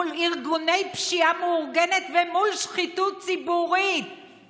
מול ארגוני פשיעה מאורגנת ומול שחיתות ציבורית,